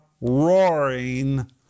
roaring